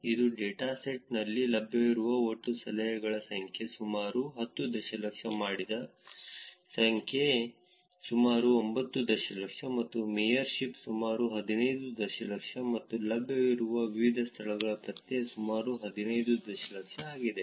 ಇದು ಡೇಟಾಸೆಟ್ನಲ್ಲಿ ಲಭ್ಯವಿರುವ ಒಟ್ಟು ಸಲಹೆಗಳ ಸಂಖ್ಯೆ ಸುಮಾರು 10 ದಶಲಕ್ಷ ಮಾಡಿದ ಒಟ್ಟು ಸಂಖ್ಯೆ ಸುಮಾರು 9 ದಶಲಕ್ಷ ಮತ್ತು ಮೇಯರ್ ಶಿಪ್ ಸುಮಾರು 15 ದಶಲಕ್ಷ ಮತ್ತು ಲಭ್ಯವಿರುವ ವಿವಿಧ ಸ್ಥಳಗಳು ಮತ್ತೆ ಸುಮಾರು 15 ದಶಲಕ್ಷ ಆಗಿದೆ